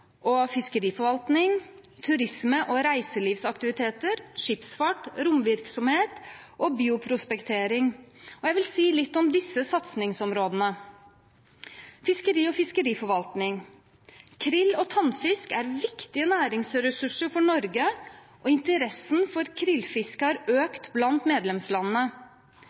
og fiskeriforvaltning, turisme og reiselivsaktiviteter, skipsfart, romvirksomhet og bioprospektering, og jeg vil si litt om disse satsingsområdene. Krill og tannfisk er en viktig næringsressurs for Norge, og interessen for krillfiske har økt blant medlemslandene.